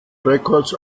records